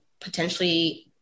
potentially